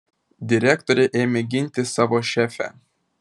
direktorė ėmė ginti savo šefę